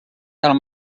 del